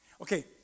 Okay